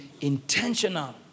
intentional